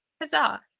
Huzzah